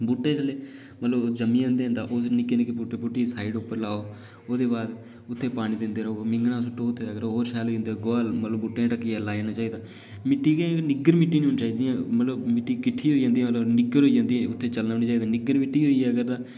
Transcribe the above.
बूह्टे जेल्लै ज़म्मी जंदे न ते निक्के निक्के बूह्टे साइड उप्पर लाओ ओह्दे बाद उत्थै पानी देओ मिंङनां सु'ट्टो उत्थै अगर होर शैल होई जंदा ऐ गोहा बूह्टे दियै टकि्ये लाई ओड़ना चाहिदा मि'ट्टी इ'यां निग्गर मि'ट्टी नेई होनी चाहिदी जि'यां मतलब मि'ट्टी किट्ठी होई जंदी घुली जंदी फ्ही उत्थै चलना बी नेई चाहिदा निग्गर मि'ट्टी होई जा अगर तां